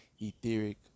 etheric